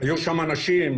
היו שם אנשים,